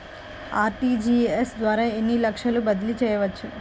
RTGS ద్వారా ఎన్ని లక్షలు బదిలీ చేయవచ్చు?